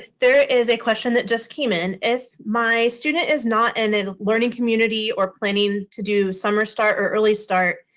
there is a question that just came in. if my student is not in a learning community or planning to do summer start or early start,